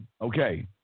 Okay